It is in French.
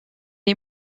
est